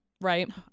Right